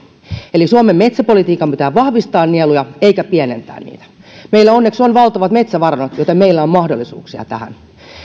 eli suomen metsäpolitiikan pitää vahvistaa nieluja eikä pienentää niitä meillä onneksi on valtavat metsävarannot joten meillä on mahdollisuuksia tähän